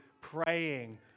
praying